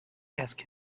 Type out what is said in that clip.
ask